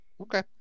Okay